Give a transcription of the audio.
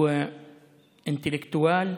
הוא אינטלקטואל,